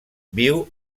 viu